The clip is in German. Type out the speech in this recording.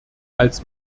als